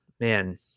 man